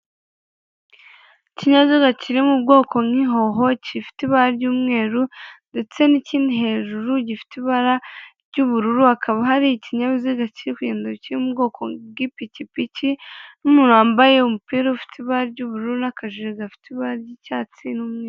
Ikinyabiziga kiri mu bwoko nk'ihoho kifite ibara ry'umweru; ndetse n'ikindi hejuru gifite ibara ry'ubururu; hakaba hari ikinyabiziga kiri kugenda kiri mu bwoko bw'ipikipiki; n'umuntu wambaye umupira ufite ibara ry'ubururu; n'akajire gafite ibara ry'icyatsi n'umweru.